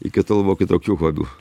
iki tol buvo kitokių hobių